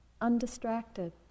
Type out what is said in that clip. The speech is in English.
undistracted